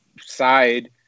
side